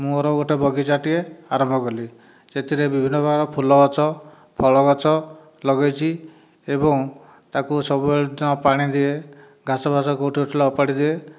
ମୋର ଗୋଟେ ବଗିଚାଟିଏ ଆରମ୍ଭ କଲି ସେଥିରେ ବିଭିନ୍ନ ପ୍ରକାର ଫୁଲ ଗଛ ଫଳ ଗଛ ଲଗାଇଛି ଏବଂ ତାକୁ ସବୁବେଳେ ତ ପାଣି ଦିଏ ଘାସ ଫାସ କେଉଁଠି ଉଠିଲେ ଓପାଡ଼ି ଦିଏ